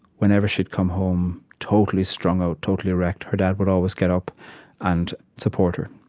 whenever she'd come home totally strung-out, totally wrecked, her dad would always get up and support her.